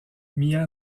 mia